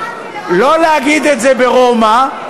לא להגיד את זה ברומא,